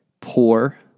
poor